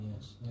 Yes